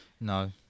No